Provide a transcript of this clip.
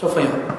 סוף היום.